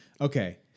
Okay